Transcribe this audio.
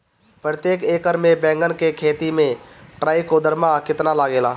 प्रतेक एकर मे बैगन के खेती मे ट्राईकोद्रमा कितना लागेला?